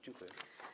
Dziękuję.